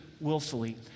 willfully